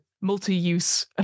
multi-use